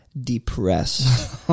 depressed